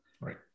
right